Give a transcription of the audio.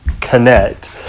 connect